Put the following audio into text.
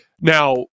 Now